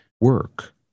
work